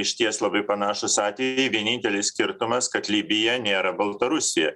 išties labai panašūs atvejai vienintelis skirtumas kad libija nėra baltarusija